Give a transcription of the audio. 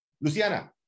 Luciana